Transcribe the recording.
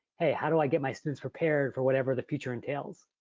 hey how do i get my students prepared for whatever the future entails?